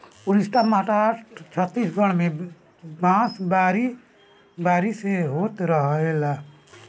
उड़ीसा, महाराष्ट्र, छतीसगढ़ में बांस बारी बारी से होत रहेला